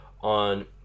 on